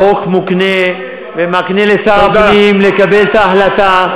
אבל מה לעשות שהחוק מקנה לשר הפנים לקבל את ההחלטה,